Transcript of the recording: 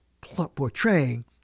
portraying